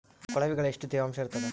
ಕೊಳವಿಗೊಳ ಎಷ್ಟು ತೇವಾಂಶ ಇರ್ತಾದ?